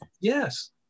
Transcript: Yes